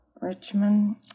Richmond